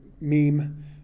meme